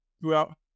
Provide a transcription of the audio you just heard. throughout